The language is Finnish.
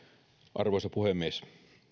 arvoisa puhemies